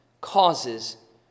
causes